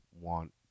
want